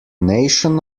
nation